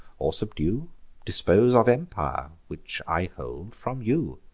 or subdue dispose of empire, which i hold from you.